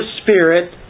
Spirit